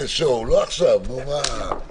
לאישור ועדת החוקה, חוק